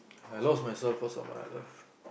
I lost myself cause of my love